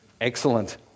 excellent